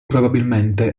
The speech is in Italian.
probabilmente